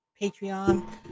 Patreon